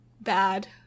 bad